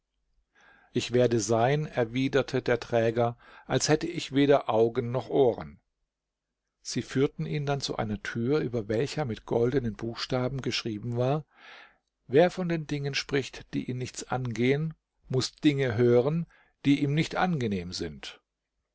ich werde sein erwiderte der träger als hätte ich weder augen noch ohren sie führten ihn dann zu einer tür über welcher mit goldenen buchstaben geschrieben war wer von den dingen spricht die ihn nichts angehen muß dinge hören die ihm nicht angenehm sind